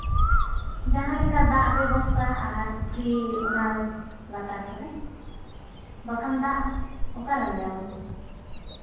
ᱡᱟᱦᱟᱸ ᱞᱮᱠᱟ ᱫᱟᱜ ᱵᱮᱵᱚᱥᱛᱷᱟ ᱟᱨ ᱯᱩᱠᱷᱨᱤ ᱚᱱᱟ ᱞᱟᱛᱟᱨ ᱠᱚᱨᱮ ᱵᱟᱠᱷᱟᱱ ᱫᱟᱜ ᱚᱠᱟᱮᱢ ᱧᱟᱢᱟ